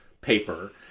paper